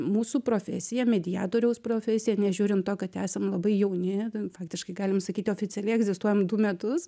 mūsų profesija mediatoriaus profesija nežiūrint to kad esam labai jauni faktiškai galim sakyti oficialiai egzistuojam du metus